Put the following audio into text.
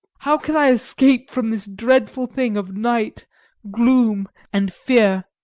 how can i escape from this dreadful thing of night gloom and fear?